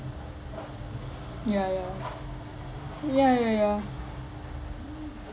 ya ya ya ya ya